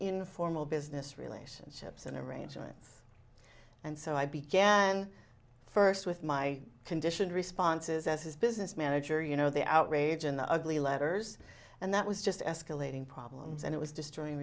informal business relationships and arrangements and so i began first with my conditioned responses as his business manager you know the outrage and the ugly letters and that was just escalating problems and it was destroying